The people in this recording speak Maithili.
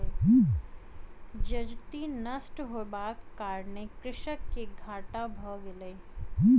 जजति नष्ट होयबाक कारणेँ कृषक के घाटा भ गेलै